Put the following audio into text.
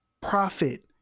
profit